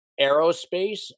Aerospace